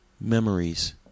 Memories